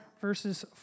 verses